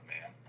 man